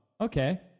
okay